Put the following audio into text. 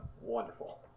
wonderful